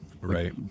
Right